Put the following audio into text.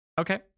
Okay